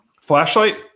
Flashlight